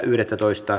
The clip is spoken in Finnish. asia